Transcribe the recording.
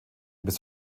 bis